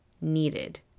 needed